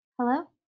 Hello